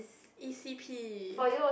E C P